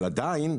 אבל עדיין,